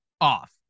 off